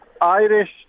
Irish